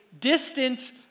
distant